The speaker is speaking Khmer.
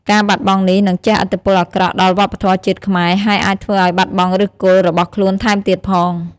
ការបាត់បង់នេះនឹងជះឥទ្ធិពលអាក្រក់ដល់វប្បធម៌ជាតិខ្មែរ ហើយអាចធ្វើឲ្យបាត់បង់ឫសគល់របស់ខ្លួនថែមទៀតផង។